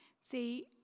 See